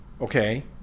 Okay